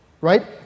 Right